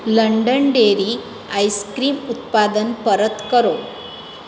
London dairy ice cream ઉત્પાદન પરત કરો